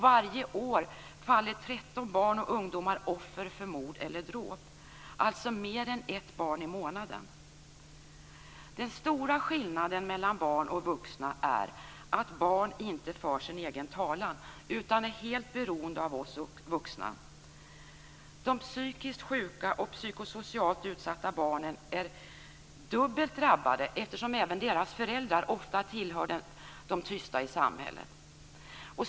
Varje år faller 13 barn och ungdomar offer för mord eller dråp, dvs. mer än ett barn i månaden! Den stora skillnaden mellan barn och vuxna är att barn inte för sin egen talan utan är helt beroende av oss vuxna. De psykiskt sjuka och psykosocialt utsatta barnen är dubbelt drabbade, eftersom även deras föräldrar ofta tillhör de tysta i samhället.